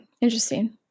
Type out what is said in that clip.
interesting